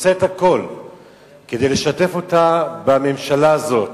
עושה את הכול כדי לשתף אותה בממשלה הזאת,